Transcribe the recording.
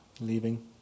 leaving